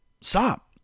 Stop